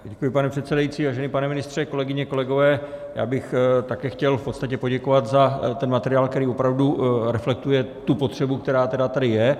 Děkuji, pane předsedající, vážený pane ministře, kolegyně, kolegové, já bych také chtěl v podstatě poděkovat za ten materiál, který opravdu reflektuje tu potřebu, která tady je.